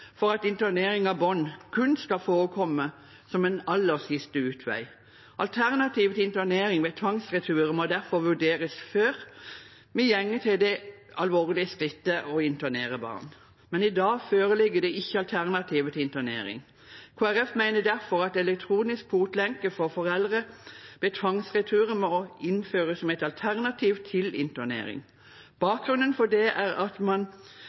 for at internering av barn kun skal forekomme som en aller siste utvei. Alternativet til internering ved tvangsretur må derfor vurderes før vi går til det alvorlige skrittet å internere barn. Men i dag foreligger det ikke alternativer til internering. Kristelig Folkeparti mener derfor at elektronisk fotlenke for foreldre ved tvangsreturer må innføres som et alternativ til internering. Bakgrunnen for det er at man